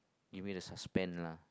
give me the suspend lah